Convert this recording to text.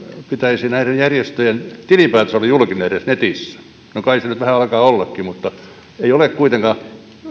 pitäisi näiden järjestöjen tilinpäätöksen olla julkinen edes netissä no kai se nyt vähän alkaa ollakin mutta ei ole kuitenkaan